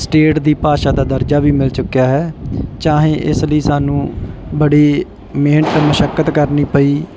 state ਦੀ ਭਾਸ਼ਾ ਦਾ ਦਰਜਾ ਵੀ ਮਿਲ ਚੁੱਕਿਆ ਹੈ ਚਾਹੇ ਇਸ ਲਈ ਸਾਨੂੰ ਬੜੀ ਮਿਹਨਤ ਮੁਸ਼ੱਕਤ ਕਰਨੀ ਪਈ